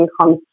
comes